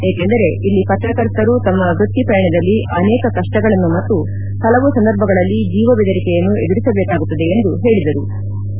ಏಕೆಂದರೆ ಇಲ್ಲಿ ಪತ್ರಕರ್ತರು ತಮ್ಮ ವೃತ್ತಿ ಪಯಣದಲ್ಲಿ ಅನೇಕ ಕಷ್ಟಗಳನ್ನು ಮತ್ತು ಹಲವು ಸಂದರ್ಭಗಳಲ್ಲಿ ಜೀವ ಬೆದರಿಕೆಯನ್ನು ಎದುರಿಸಬೇಕಾಗುತ್ತದೆ ಎಂದು ಹೇಳದರು